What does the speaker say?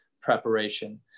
preparation